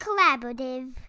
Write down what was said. Collaborative